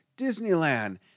Disneyland